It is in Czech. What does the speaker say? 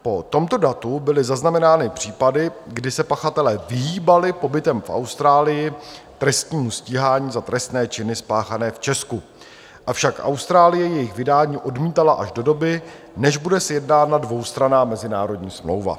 Po tomto datu byly zaznamenány případy, kdy se pachatelé vyhýbali pobytem v Austrálii trestnímu stíhání za trestné činy spáchané v Česku, avšak Austrálie jejich vydání odmítala až do doby, než bude sjednána dvoustranná mezinárodní smlouva.